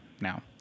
now